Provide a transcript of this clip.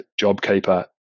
JobKeeper